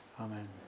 Amen